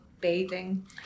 bathing